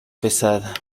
pesada